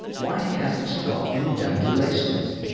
why hasn't she got any demmed relations?